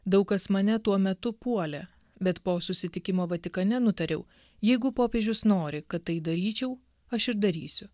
daug kas mane tuo metu puolė bet po susitikimo vatikane nutariau jeigu popiežius nori kad tai daryčiau aš ir darysiu